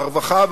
הרווחה,